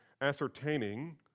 ascertaining